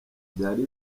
vyari